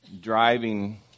driving